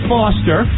Foster